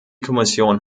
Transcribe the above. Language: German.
kommission